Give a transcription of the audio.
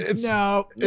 No